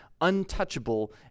untouchable